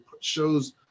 shows